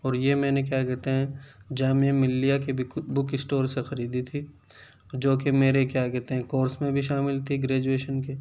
اور یہ میں نے کیا کہتے ہیں جامعہ ملیہ کے بک اسٹور سے خریدی تھی جوکہ میرے کیا کہتے ہیں کورس میں بھی شامل تھی گریجویشن کے